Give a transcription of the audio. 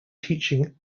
teaching